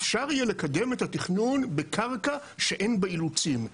אפשר יהיה לקדם את התכנון בקרקע שאין בה אילוצים,